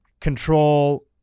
control